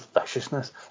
viciousness